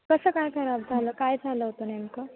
कसं काय खराब झालं काय झालं होतं नेमकं